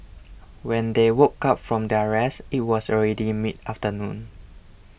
when they woke up from their rest it was already mid afternoon